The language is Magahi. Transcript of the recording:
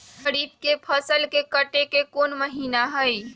खरीफ के फसल के कटे के कोंन महिना हई?